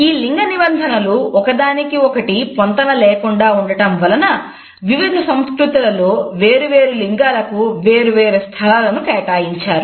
ఈ లింగనిబంధనలు ఒకదానికి ఒకటి పొంతన లేకుండా ఉండటం వలన వివిధ సంస్కృతులలో వేరు వేరు లింగాలకు వేరు వేరు స్థలాలను కేటాయించారు